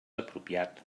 apropiat